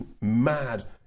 mad